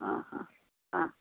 आं हा आं